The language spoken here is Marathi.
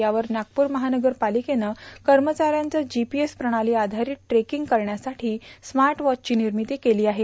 यावर नागपूर महानगर पालिकेनं कर्मचाऱ्यांचे जीपीएस प्रणाली आधारित ट्रेकिंग करण्यासाठी स्मार्ट वॉच ची निर्मिती केली आहे